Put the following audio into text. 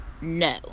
No